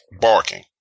barking